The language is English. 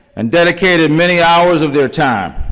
and dedicated many hours of their time,